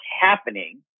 happening